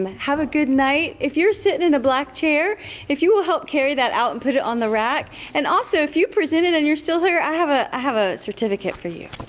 have a good night. if you're sitting in a black chair if you will help carry that and put it on the rack and also if you presented and you're still here i have ah have a certificate for you.